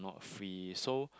free so